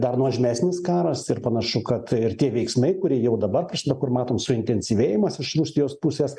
dar nuožmesnis karas ir panašu kad ir tie veiksmai kurie jau dabar kažkada kur matom suintensyvėjimas iš rusijos pusės